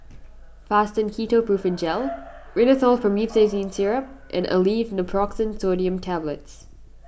Fastum Ketoprofen Gel Rhinathiol Promethazine Syrup and Aleve Naproxen Sodium Tablets